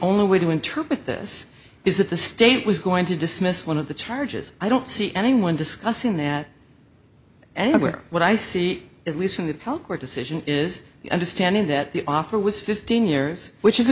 only way to interpret this is that the state was going to dismiss one of the charges i don't see anyone discussing the anywhere what i see at least in the health court decision is the understanding that the offer was fifteen years which is